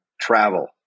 travel